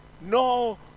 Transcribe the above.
no